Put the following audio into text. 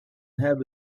have